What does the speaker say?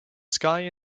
sky